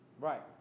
Right